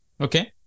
Okay